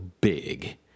big